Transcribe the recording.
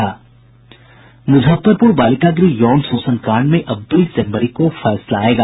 मुजफ्फरपुर बालिका गृह यौन शोषण कांड में अब बीस जनवरी को फैसला आयेगा